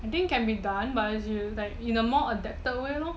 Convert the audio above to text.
I think can be done but in a more adapted way lor